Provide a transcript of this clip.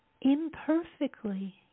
Imperfectly